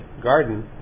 garden